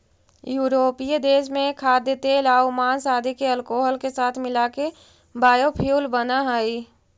यूरोपीय देश में खाद्यतेलआउ माँस आदि के अल्कोहल के साथ मिलाके बायोफ्यूल बनऽ हई